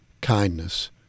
kindness